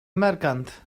merchant